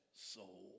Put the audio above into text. Soul